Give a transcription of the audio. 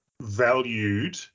valued